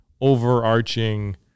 overarching